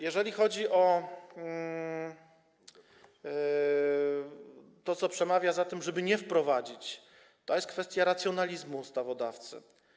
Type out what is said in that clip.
Jeżeli chodzi o to, co przemawia za tym, żeby tej ustawy nie wprowadzić, to jest to kwestia racjonalizmu ustawodawcy.